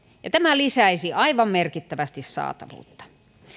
ja tämä lisäisi aivan merkittävästi saatavuutta